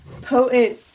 potent